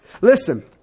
Listen